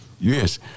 Yes